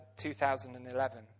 2011